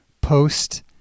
post